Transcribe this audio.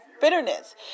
bitterness